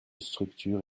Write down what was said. structure